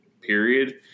period